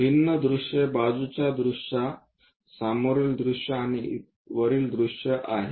भिन्न दृश्ये बाजूच्या दृश्य समोरील दृश्य आणि वरील दृश्य आहेत